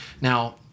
Now